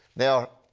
now,